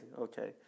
Okay